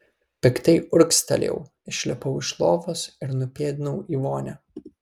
piktai urgztelėjau išlipau iš lovos ir nupėdinau į vonią